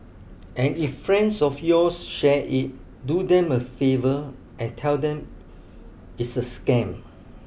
and if friends of yours share it do them a favour and tell them it's a scam